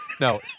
No